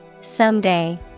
someday